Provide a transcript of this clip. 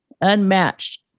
unmatched